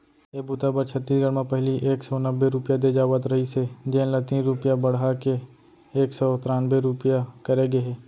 ए बूता बर छत्तीसगढ़ म पहिली एक सव नब्बे रूपिया दे जावत रहिस हे जेन ल तीन रूपिया बड़हा के एक सव त्रान्बे रूपिया करे गे हे